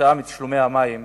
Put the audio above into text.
מתשלומי המים